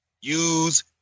use